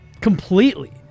Completely